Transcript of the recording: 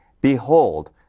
behold